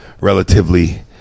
relatively